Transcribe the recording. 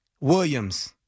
Williams